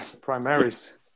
primaries